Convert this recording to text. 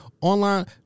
online –